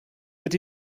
wird